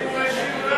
להצביע.